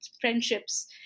friendships